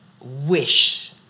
wish